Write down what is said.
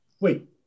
wait